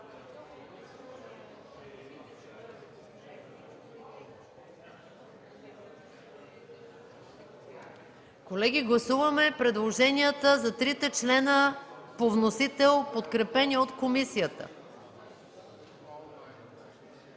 Колеги, гласуваме предложенията за трите члена по вносител, подкрепени от комисията!